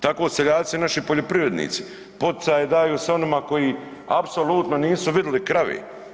Tako seljaci naši poljoprivrednici, poticaje daju onima koji apsolutno nisu vidjeli krave.